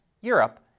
Europe